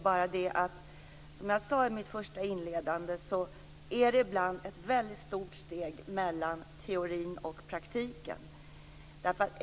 Men som jag sade i mitt första inlägg är det ibland ett väldigt stort steg mellan teorin och praktiken.